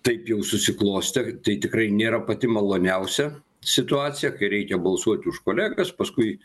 taip jau susiklostė tai tikrai nėra pati maloniausia situacija kai reikia balsuoti už kolegas paskui